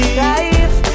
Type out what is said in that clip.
life